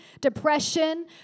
depression